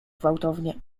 gwałtownie